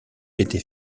était